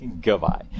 goodbye